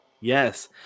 Yes